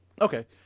Okay